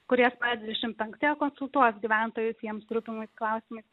kurie spalio dvidešim penktąją konsultuos gyventojus jiems rūpimais klausimais